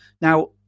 Now